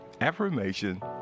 affirmation